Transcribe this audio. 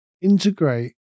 integrate